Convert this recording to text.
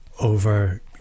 over